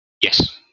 yes